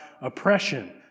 oppression